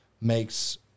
makes